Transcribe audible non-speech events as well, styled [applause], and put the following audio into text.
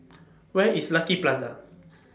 [noise] Where IS Lucky Plaza [noise]